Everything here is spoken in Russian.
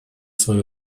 свое